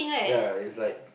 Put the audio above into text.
ya it's like